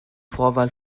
vorwahl